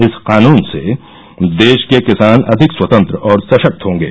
इस कानून से देश के किसान अधिक स्वतंत्र और सशक्त होंगे